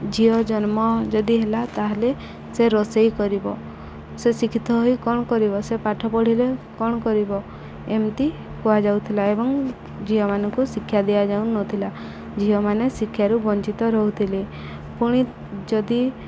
ଝିଅ ଜନ୍ମ ଯଦି ହେଲା ତା'ହେଲେ ସେ ରୋଷେଇ କରିବ ସେ ଶିକ୍ଷିତ ହୋଇ କ'ଣ କରିବ ସେ ପାଠ ପଢ଼ିଲେ କ'ଣ କରିବ ଏମିତି କୁହାଯାଉଥିଲା ଏବଂ ଝିଅମାନଙ୍କୁ ଶିକ୍ଷା ଦିଆଯାଉନଥିଲା ଝିଅମାନେ ଶିକ୍ଷାରୁ ବଞ୍ଚିତ ରହୁଥିଲେ ପୁଣି ଯଦି